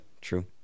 true